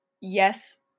yes